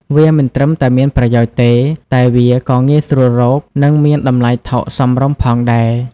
វាមិនត្រឹមតែមានប្រយោជន៍ទេ តែវាក៏ងាយស្រួលរក និងមានតម្លៃថោកសមរម្យផងដែរ។